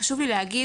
חשוב לי להגיד,